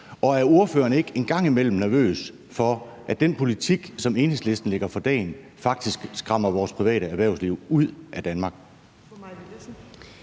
Og er ordføreren ikke en gang imellem nervøs for, at den politik, som Enhedslisten lægger for dagen, faktisk skræmmer vores private erhvervsliv ud af Danmark?